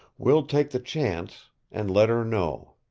we'll take the chance and let her know.